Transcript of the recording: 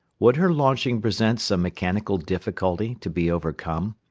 would her launching present some mechanical difficulty to be overcome?